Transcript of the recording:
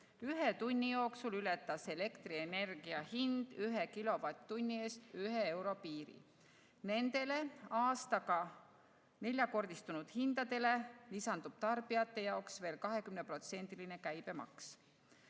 ühe tunni jooksul ületas elektrienergia hind ühe kilovatt-tunni eest ühe euro piiri. Nendele aastaga neljakordistunud hindadele lisandub tarbijate jaoks veel 20%‑line käibemaks.